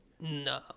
No